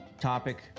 topic